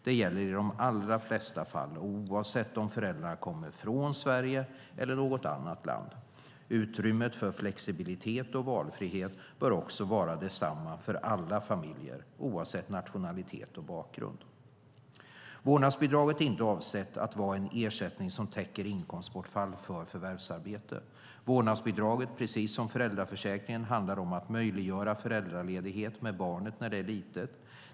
Det gäller i de allra flesta fall, oavsett om föräldrarna kommer från Sverige eller något annat land. Utrymmet för flexibilitet och valfrihet bör också vara detsamma för alla familjer, oavsett nationalitet och bakgrund. Vårdnadsbidraget är inte avsett att vara en ersättning som täcker inkomstbortfall vid förvärvsarbete. Vårdnadsbidraget handlar precis som föräldraförsäkringen om att möjliggöra föräldraledighet när barnet är litet.